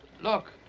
Look